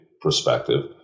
perspective